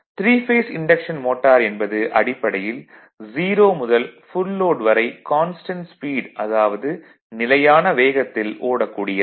three phase induction motor என்பது அடிப்படையில் 0 முதல் ஃபுல் லோட் வரை கான்ஸ்டன்ட் ஸ்பீடில் அதாவது நிலையான வேகத்தில் ஓடக்கூடியது